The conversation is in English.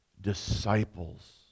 disciples